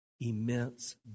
immense